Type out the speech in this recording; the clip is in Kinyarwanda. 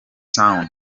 sound